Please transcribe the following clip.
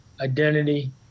identity